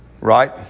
right